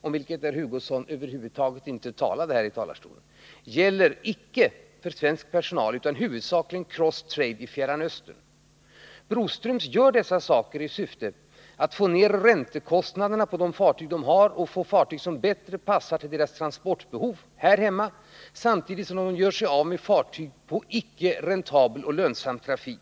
om vilket herr Hugosson över huvud taget inte talade här i talarstolen, gäller icke för svensk personal, utan huvudsakligen för crosstrade i Fjärran Östern. Broströmskoncernen gör dessa saker i syfte att få ner räntekostnaderna på de fartyg koncernen har och för att få fartyg som bättre passar för behoven här hemma, samtidigt som man gör sig av med fartyg på icke räntabel och lönsam trafik.